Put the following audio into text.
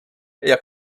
jak